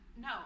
No